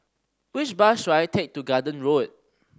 which bus should I take to Garden Road